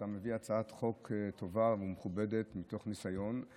אתה מביא הצעת חוק טובה ומכובדת מתוך ניסיון,